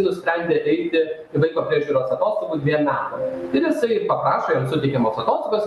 nusprendė eiti į vaiko priežiūros atostogų dviem metam ten jisai paprašo jam suteikiamos atostogos